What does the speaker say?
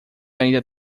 ainda